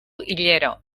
hilero